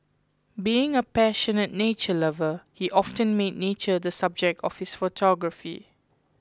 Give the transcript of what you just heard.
being a passionate nature lover he often made nature the subject of his photography